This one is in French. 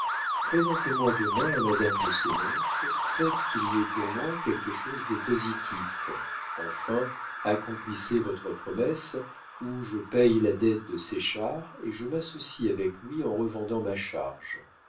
présentez-moi demain à madame de sénonches faites qu'il y ait pour moi quelque chose de positif enfin accomplissez votre promesse ou je paye la dette de séchard et je m'associe avec lui en revendant ma charge